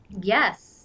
Yes